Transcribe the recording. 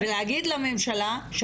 ולהגיד לממשלה,